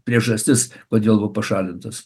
priežastis kodėl buvo pašalintas